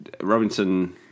Robinson